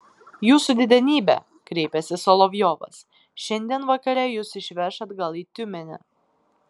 jūsų didenybe kreipėsi solovjovas šiandien vakare jus išveš atgal į tiumenę